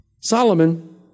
Solomon